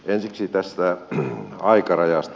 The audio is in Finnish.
ensiksi tästä aikarajasta